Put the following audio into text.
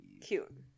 Cute